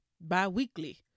bi-weekly